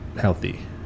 healthy